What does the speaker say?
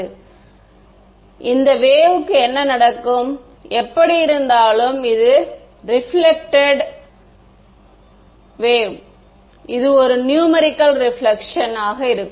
எனவே இந்த வேவ்க்கு என்ன நடக்கும் எப்படியிருந்தாலும் இது ரேப்பிலேக்டேட் இது ஒரு நூமரிகள் ரிபிலக்ஷன் ஆக இருக்கும்